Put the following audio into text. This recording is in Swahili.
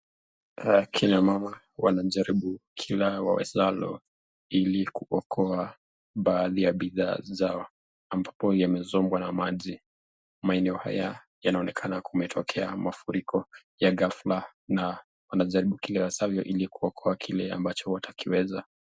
Wakina mama wanajaribu kile wawezalo ili kuokoa baadhi ya bidhaa zao ambapo yamezombwa na maji, maeneo haya, yanaonekana yametokea mafuriko ya gafla na wanajaribu kile wawezavyo ili kuokoa kile ambacho watakiweza.